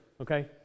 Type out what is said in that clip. okay